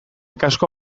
kasko